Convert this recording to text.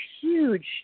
huge